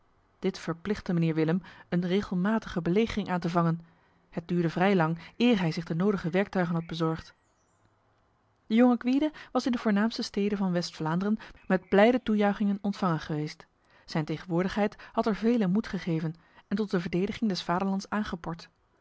dit verplichtte mijnheer willem een regelmatige belegering aan te vangen het duurde vrij lang eer hij zich de nodige werktuigen had bezorgd de jonge gwyde was in de voornaamste steden van west vlaanderen met blijde toejuichingen ontvangen geweest zijn tegenwoordigheid had er velen moed gegeven en tot de verdediging des vaderlands aangepord